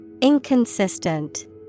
Inconsistent